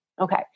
Okay